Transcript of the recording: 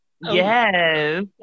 yes